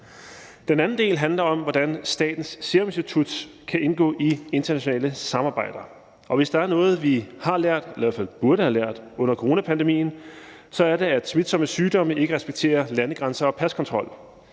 Den anden del handler om, hvordan Statens Serum Institut kan indgå i internationale samarbejder, og hvis der er noget, vi har lært eller i hvert fald burde have lært under coronapandemien, så er det, at smitsomme sygdomme ikke respekterer landegrænser og paskontrol,